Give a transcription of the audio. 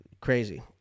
crazy